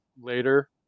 later